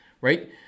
right